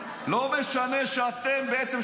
לא משנה שאתם בעצם,